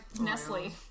Nestle